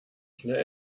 schnell